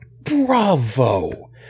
Bravo